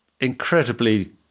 incredibly